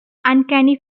uncanny